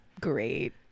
great